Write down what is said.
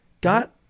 got